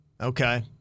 Okay